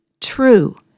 True